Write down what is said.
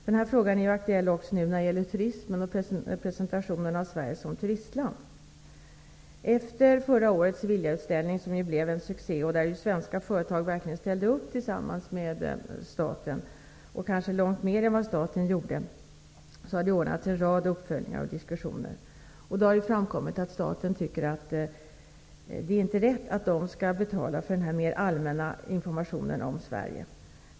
Denna fråga är nu aktuell också när det gäller turismen och presentationen av Efter förra årets Sevillautställning, som ju blev en succé och där svenska företag verkligen ställde upp tillsammans med staten och kanske långt mer än vad staten gjorde, har en rad uppföljningar ordnats med diskussioner. Det har då framkommit att man från statens sida tycker att det inte är rätt att de skall betala för den mer allmänna informationen om Sverige.